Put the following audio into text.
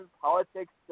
politics